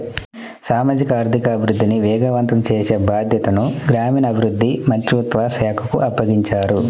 సామాజిక ఆర్థిక అభివృద్ధిని వేగవంతం చేసే బాధ్యతను గ్రామీణాభివృద్ధి మంత్రిత్వ శాఖకు అప్పగించారు